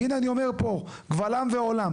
הנה, אני אומר פה קבל עם ועולם.